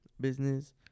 business